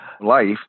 life